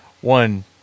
one